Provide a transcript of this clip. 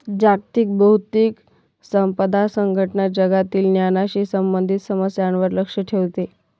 जागतिक बौद्धिक संपदा संघटना जगातील ज्ञानाशी संबंधित समस्यांवर लक्ष ठेवते